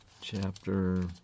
chapter